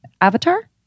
Avatar